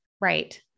Right